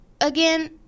again